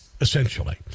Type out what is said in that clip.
essentially